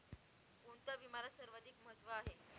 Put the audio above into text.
कोणता विम्याला सर्वाधिक महत्व आहे?